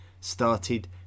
started